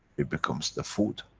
it becomes the food.